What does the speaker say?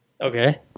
Okay